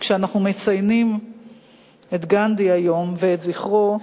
כשאנחנו מציינים היום את גנדי ואת זכרו,